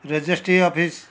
registry office